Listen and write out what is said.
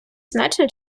значно